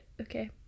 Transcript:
okay